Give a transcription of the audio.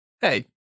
Hey